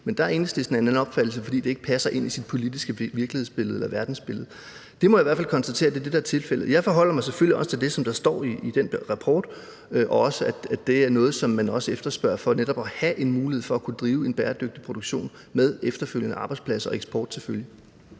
Men der er Enhedslisten af en anden opfattelse, fordi det ikke passer ind i deres politiske virkelighedsbillede eller verdensbillede. Det må jeg i hvert fald konstatere er det, der er tilfældet. Jeg forholder mig selvfølgelig også til det, som der står i den rapport, og også, at det er noget, man efterspørger, for netop at have en mulighed for at kunne drive en bæredygtig produktion med efterfølgende arbejdspladser og eksport til følge.